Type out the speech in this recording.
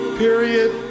period